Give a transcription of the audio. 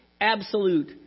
absolute